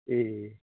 এই